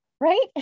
right